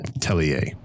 tellier